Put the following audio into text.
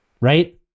right